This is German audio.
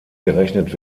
gerechnet